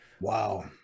Wow